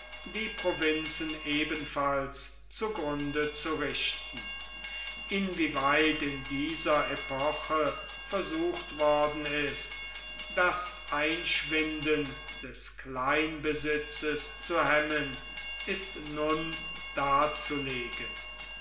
die provinzen ebenfalls zugrunde zu richten inwieweit in dieser epoche versucht worden ist das einschwinden des kleinbesitzes zu hemmen ist nur darzulegen